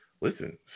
Listen